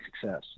success